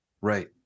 right